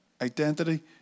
Identity